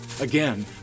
Again